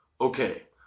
okay